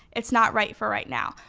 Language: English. it's not right for right now.